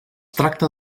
tracta